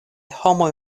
homoj